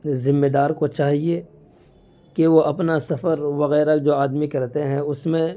ذمہ دار کو چاہیے کہ وہ اپنا سفر وغیرہ جو آدمی کرتے ہیں اس میں